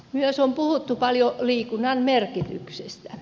myös on puhuttu paljon liikunnan merkityksestä